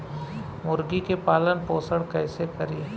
मुर्गी के पालन पोषण कैसे करी?